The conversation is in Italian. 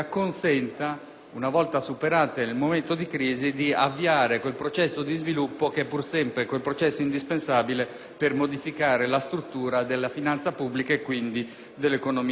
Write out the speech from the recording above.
una volta superato il momento di crisi, di avviare quel processo di sviluppo che è pur sempre indispensabile per modificare la struttura della finanza pubblica e, quindi, dell'economia italiana.